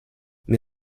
mir